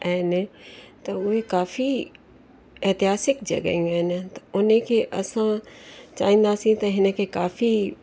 आहिनि त उहे काफ़ी एतिहासिक जॻहयूं आहिनि त हुनखे असां चाहिंदासीं त हिनखे काफ़ी